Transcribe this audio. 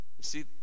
See